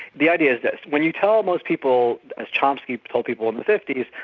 the idea is this. when you tell most people, as chomsky told people in the fifty